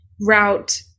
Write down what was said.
route